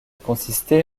consistait